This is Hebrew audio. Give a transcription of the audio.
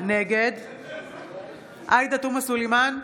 נגד עאידה תומא סלימאן,